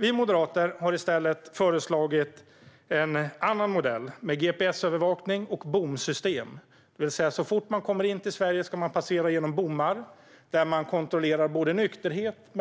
Vi moderater har i stället föreslagit en annan modell, med gps-övervakning och bomsystem. Så fort man kommer in i Sverige ska man passera genom bommar där nykterheten kontrolleras och